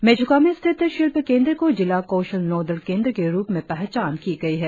मेच्का में स्थित शिल्प केंद्र को जिला कौशल नोडल केंद्र के रुप में पहचान की गई है